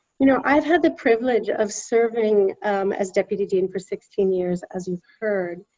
you know, i've had the privilege of serving as deputy dean for sixteen years, as you've heard.